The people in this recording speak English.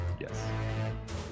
Yes